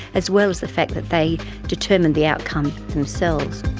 as well as the fact that they determine the outcome themselves.